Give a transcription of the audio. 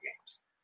games